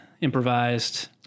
improvised